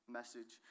message